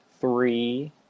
three